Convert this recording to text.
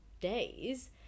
days